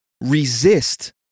resist